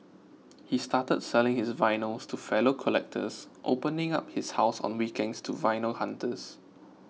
he started selling his vinyls to fellow collectors opening up his house on weekends to vinyl hunters